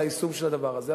על היישום של הדבר הזה,